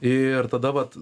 ir tada vat